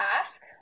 ask